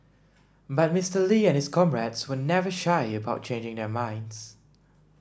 but Mister Lee and his comrades were never shy about changing their minds